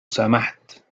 سمحت